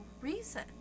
reason